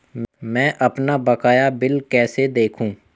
मैं अपना बकाया बिल कैसे देखूं?